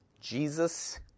Jesus